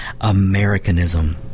Americanism